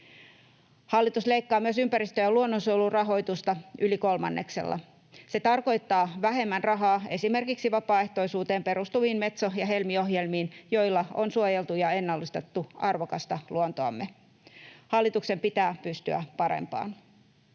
Hallitus leikkaa myös ympäristö‑ ja luonnonsuojelun rahoitusta yli kolmanneksella. Se tarkoittaa vähemmän rahaa esimerkiksi vapaaehtoisuuteen perustuviin Metso‑ ja Helmi-ohjelmiin, joilla on suojeltu ja ennallistettu arvokasta luontoamme. Hallituksen pitää pystyä parempaan.